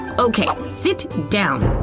okay, sit down!